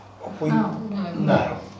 No